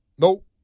Nope